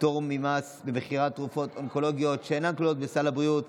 פטור ממס במכירת תרופות אונקולוגיות שאינן כלולות בסל הבריאות),